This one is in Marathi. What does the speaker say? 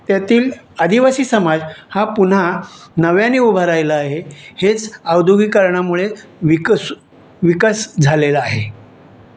त्यातील आदिवासी समाज हा पुन्हा नव्याने उभा राहिला आहे हेच औद्योगीकरणामुळे विकसू विकास झालेला आहे